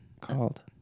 Called